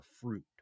fruit